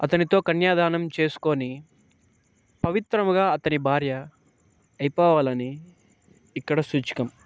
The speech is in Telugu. అతనితో కన్యాదానం చేసుకొని పవిత్రముగా అతని భార్య అయిపోవాలని ఇక్కడ సూచికం